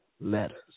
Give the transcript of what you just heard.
letters